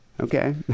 Okay